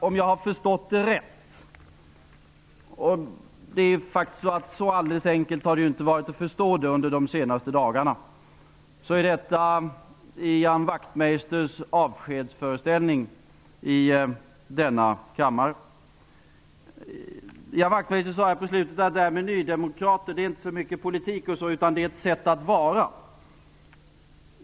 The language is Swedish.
Om jag har förstått det rätt -- det har ju inte varit alldeles enkelt de senaste dagarna -- så är detta Ian Wachtmeisters avskedsföreställning i denna kammare. Ian Wachtmeister sade att Ny demokrati inte är så mycket politik utan ett sätt att vara.